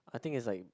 I think it's like